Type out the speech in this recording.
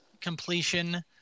completion